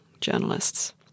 journalists